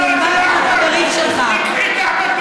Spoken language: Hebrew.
תלמד מהחברים שלך, תיקחי את אחמד לראש העין.